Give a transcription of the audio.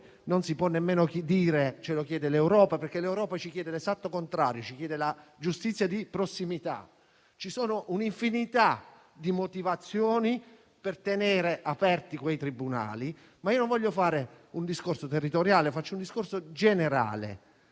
non si può nemmeno dire che ce lo chiede l'Europa, perché ci chiede l'esatto contrario, ossia la giustizia di prossimità. C'è un'infinità di motivazioni per tenere aperti quei tribunali, ma non voglio fare un discorso territoriale, bensì uno generale.